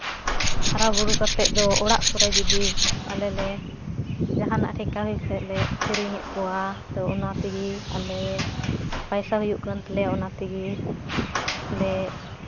ᱦᱟᱨᱟᱼᱵᱩᱨᱩ ᱠᱟᱛᱮᱫ ᱫᱚ ᱚᱲᱟᱜ ᱠᱚᱨᱮ ᱡᱩᱫᱤ ᱟᱞᱮ ᱞᱮ ᱡᱟᱦᱟᱱᱟ ᱨᱮ ᱞᱮ ᱠᱤᱨᱤᱧᱮᱫ ᱠᱚᱣᱟ ᱛᱚ ᱚᱱᱟ ᱛᱮᱜᱮ ᱟᱞᱮ ᱯᱚᱭᱥᱟ ᱦᱩᱭᱩᱜ ᱠᱟᱱ ᱛᱟᱞᱮᱭᱟ ᱚᱱᱟ ᱛᱮᱜᱮ ᱞᱮ